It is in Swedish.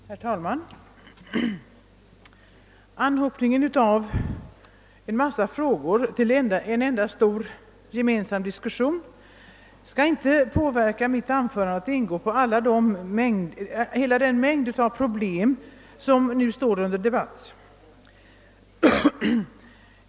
Herr talman! Anhopningen av en mängd frågor till en enda stor, gemensam diskussion skall inte föranleda mig att gå in på de många problem som nu debatteras.